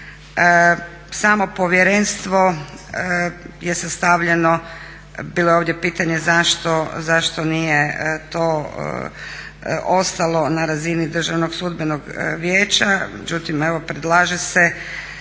Samo povjerenstvo je sastavljeno, bilo je ovdje pitanje zašto nije to ostalo na razini Državnog sudbenog vijeća, međutim evo predlaže se